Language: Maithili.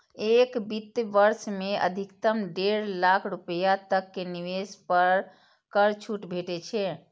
एक वित्त वर्ष मे अधिकतम डेढ़ लाख रुपैया तक के निवेश पर कर छूट भेटै छै